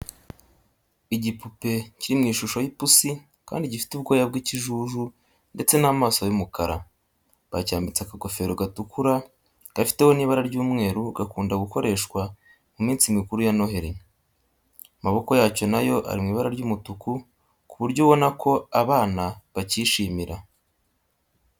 Igipupe kiri mu ishusho y'ipusi kandi gifite ubwoya bw'ikijuju ndetse n'amaso y'umukara, bacyambitse akagofero gatukura gafiteho n'ibara ry'umweru gakunda gukoreshwa mu minsi mikuru ya Noheri. Amaboko yacyo na yo ari mu ibara ry'umutuku ku buryo ubona ko abana bakishimira.